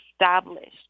established